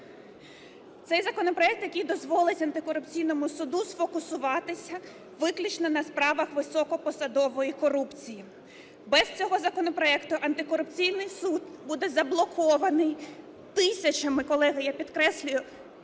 Це законопроект, який дозволить Антикорупційному суду сфокусуватися виключно на справах високопосадової корупції. Без цього законопроекту Антикорупційний суд буде заблокований тисячами, колеги, я підкреслюю,